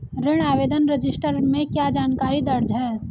ऋण आवेदन रजिस्टर में क्या जानकारी दर्ज है?